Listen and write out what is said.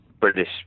British